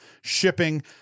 shipping